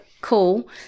cool